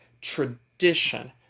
tradition